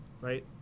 Right